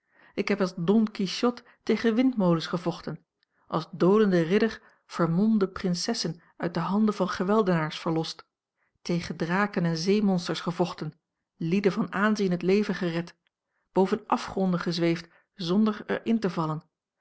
ik heb als don quichot tegen windmolens gevochten als dolende ridder vermomde prinsessen uit de handen van geweldenaars verlost tegen draken en zeemonsters gevochten lieden van aanzien het leven gered boven afgronden gezweefd zonder er in te vallen